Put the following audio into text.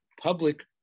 public